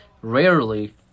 rarely